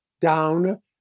down